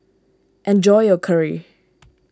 enjoy your Curry